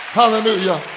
hallelujah